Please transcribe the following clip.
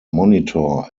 monitor